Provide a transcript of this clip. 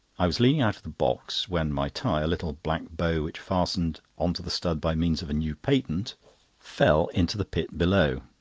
i was leaning out of the box, when my tie a little black bow which fastened on to the stud by means of a new patent fell into the pit below.